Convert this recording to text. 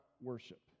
worship